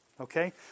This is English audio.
okay